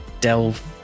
delve